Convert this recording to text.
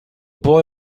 boy